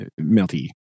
melty